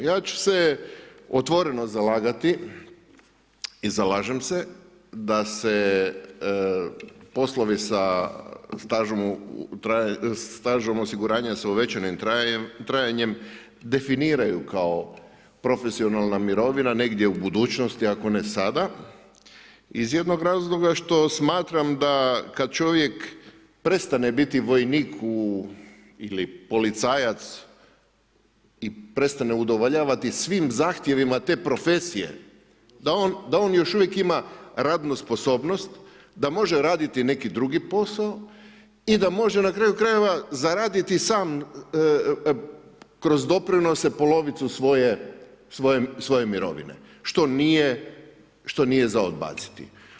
Ja ću se otvoreno zalagati i zalažem se da se poslovi sa stažom osiguranja sa uvećanim trajanjem definiraju kao profesionalna mirovina negdje u budućnosti ako ne sada iz jednog razloga što smatram da kad čovjek prestane biti vojnik ili policajac i prestane udovoljavati svim zahtjevima te profesije da on još uvijek ima radnu sposobnost, da može raditi neki drugi posao i da može na kraju krajeva zaraditi sam kroz doprinose polovicu svoje mirovine što nije za odbaciti.